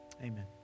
Amen